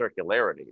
circularity